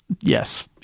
Yes